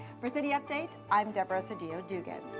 for city update, i'm deborah sedillo dugan.